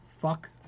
Fuck